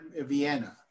Vienna